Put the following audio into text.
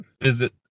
visit